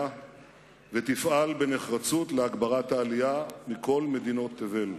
ותפעל בנחרצות להגברת העלייה מכל מדינות תבל,